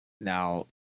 now